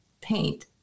paint